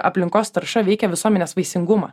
aplinkos tarša veikia visuomenės vaisingumą